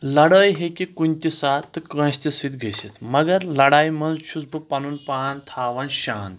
لڑٲے ہیٚکہِ کُنہِ تہِ ساتہٕ تہٕ کٲنٛسہِ تہِ سۭتۍ گٔژھِتھ مگر لڑایہِ منٛز چھُس بہٕ پَنُن پان تھاوان شانت